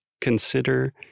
consider